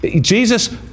Jesus